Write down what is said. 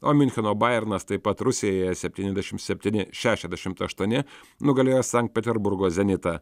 o miuncheno bajernas taip pat rusijoje septyniasdešimt septyni šešiasdešimt aštuoni nugalėjo sankt peterburgo zenitą